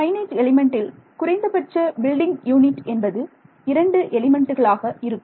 finite எலிமெண்ட்டில் குறைந்தபட்ச building unit என்பது இரண்டு எலிமெண்டுகளாக இருக்கும்